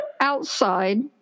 outside